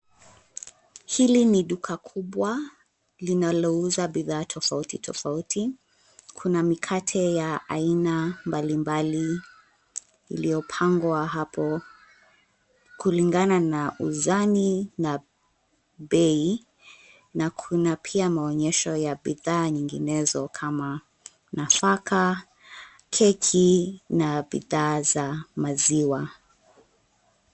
Hili ni duka kubwa, linalouza bidhaa tofauti tofauti. Kuna mikate ya aina mbalimbali iliyopangwa hapo, kulingana na uzani na bei, na kuna pia maonyesho ya bidhaa nyinginezo kama nafaka, keki na bidhaa za maziwa.